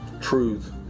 truth